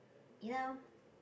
you know